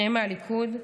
שניהם מהליכוד,